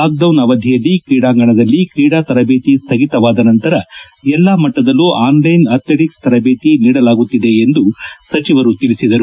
lockdown ಅವಧಿಯಲ್ಲಿ ಕ್ರೀಡಾಂಗಣಗಳಲ್ಲಿ ಕ್ರೀಡಾ ತರಬೇತಿ ಸ್ವಗಿತವಾದ ನಂತರ ಎಲ್ಲಾ ಮಣ್ಟದಲ್ಲೂ ಆನ್ಲೈನ್ ಅಥ್ಲೆಟಿಕ್ಸ್ ತರಬೇತಿ ನೀಡಲಾಗುತ್ತಿದೆ ಎಂದು ಸಚಿವರು ತಿಳಿಸಿದರು